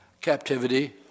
captivity